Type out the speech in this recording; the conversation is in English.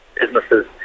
businesses